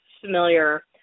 familiar